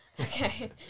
Okay